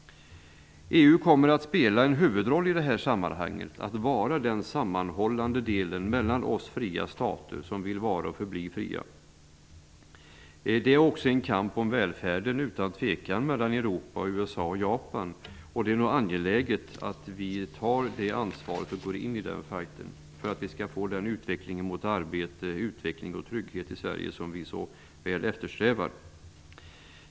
EU kommer att spela en huvudroll i det här sammanhanget. EU kommer att vara den sammanhållande delen mellan oss i de fria stater som vill vara och förbli fria. Sedan är det också utan tvivel en kamp om välfärden mellan Europa, USA och Japan. Det är därför angeläget att vi tar ansvar och går in i den fighten för att vi skall få den utveckling mot arbete och trygghet i Sverige som vi eftersträvar.